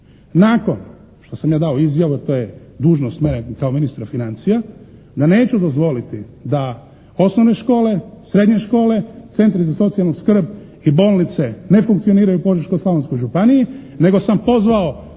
Nakon što sam ja dao izjavu, to je dužnost mene kao ministra financija da neću dozvoliti da osnovne škole, srednje škole, centri za socijalnu skrb i bolnice ne funkcioniraju u Požeško-Slavonskoj županiji nego sam pozvao